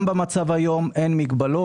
גם במצב הקיים היום אין מגבלות,